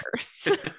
first